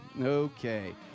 Okay